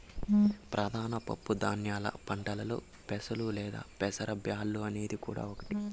ప్రధాన పప్పు ధాన్యాల పంటలలో పెసలు లేదా పెసర బ్యాల్లు అనేది కూడా ఒకటి